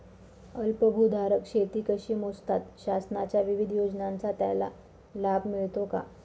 अल्पभूधारक शेती कशी मोजतात? शासनाच्या विविध योजनांचा त्याला लाभ मिळतो का?